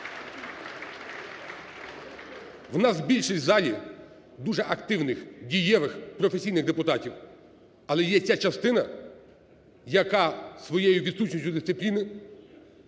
У нас більшість у залі дуже активних, дієвих, професійних депутатів. Але є ця частина, яка своєю відсутністю дисципліни